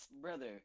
Brother